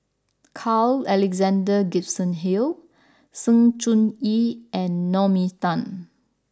Carl Alexander Gibson Hill Sng Choon Yee and Naomi Tan